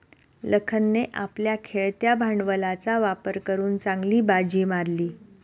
लखनने आपल्या खेळत्या भांडवलाचा वापर करून चांगली बाजी मारली